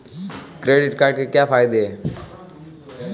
Credit card के क्या फायदे हैं?